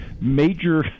major